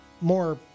More